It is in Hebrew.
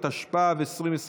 התשפ"ב 2022,